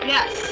Yes